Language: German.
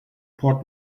port